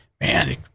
man